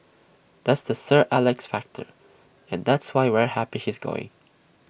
that's the sir Alex factor and that's why we're happy he's going